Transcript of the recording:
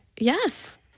Yes